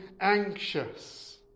anxious